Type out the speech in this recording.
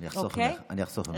אני אחסוך ממך, אני אחסוך ממך.